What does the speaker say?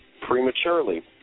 prematurely